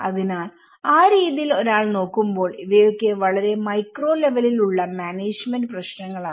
അതിനാൽ ആ രീതിയിൽ ഒരാൾ നോക്കുമ്പോൾ ഇവയൊക്കെ വളരെ മൈക്രോ ലെവലിൽ ഉള്ള മാനേജ്മെന്റ് പ്രശ്നങ്ങളാണ്